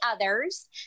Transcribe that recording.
others